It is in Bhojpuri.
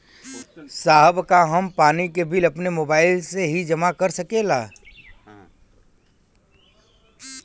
साहब का हम पानी के बिल अपने मोबाइल से ही जमा कर सकेला?